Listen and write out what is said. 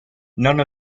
none